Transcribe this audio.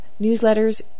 newsletters